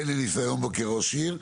אין לי ניסיון בו כראש עיר,